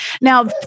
Now